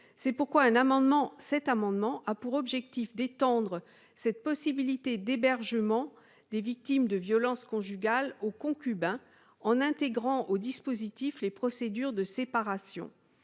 C'est pourquoi le présent amendement vise à étendre cette possibilité d'hébergement des victimes de violences conjugales aux concubins en intégrant au dispositif les procédures de séparation.